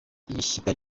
igishyika